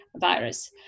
virus